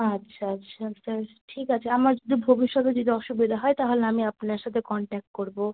আচ্ছা আচ্ছা স্যার ঠিক আছে আমার যদি ভবিষ্যতে যদি অসুবিধা হয় তাহলে আমি আপনার সাথে কনট্যাক্ট করবো